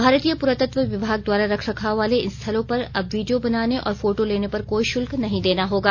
भारतीय पुरातत्व विभाग द्वारा रखरखाव वाले इन स्थलों पर अब वीडियो बनाने और फोटो लेने पर कोई शुल्क नहीं देना होगा